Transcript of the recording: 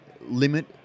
limit